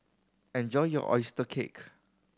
enjoy your oyster cake